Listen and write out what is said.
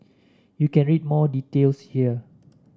you can read more details here